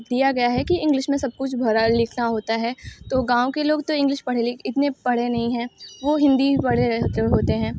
दिया गया है कि इंग्लिश में सब कुछ भरा लिखना होता है तो गाँव के लोग तो इंग्लिश पढ़े इतने पढ़े नहीं हैं वो हिन्दी पढ़े रहते होते हैं